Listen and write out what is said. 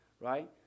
right